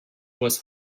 was